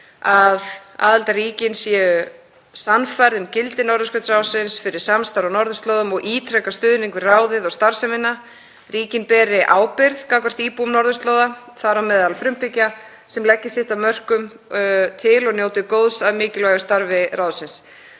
að aðildarríkin séu sannfærð um gildi Norðurskautsráðsins fyrir samstarf á norðurslóðum og ítreki stuðning við ráðið og starfsemina. Ríkin beri ábyrgð gagnvart íbúum norðurslóða, þar á meðal frumbyggja sem leggi sitt af mörkum og njóti góðs af mikilvægu starfi ráðsins.